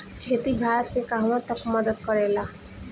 खेती भारत के कहवा तक मदत करे ला?